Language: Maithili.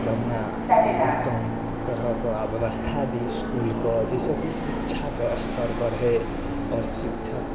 बढ़िआँ उत्तम तरहके आओर व्यवस्था दै इसकुलके जैसँ की शिक्षाके स्तर बढ़ै आओर शिक्षक